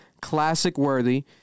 classic-worthy